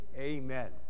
Amen